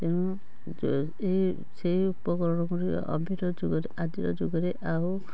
ତେଣୁ ଯଦି ସେଇ ଉପକରଣ ଗୁଡ଼ିକ ଯୁଗରେ ଆଜିର ଯୁଗରେ ଆଉ